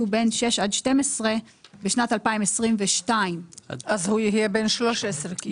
בן 6 עד 12 בשנת 2022. אז הוא יהיה בן 13 כאילו.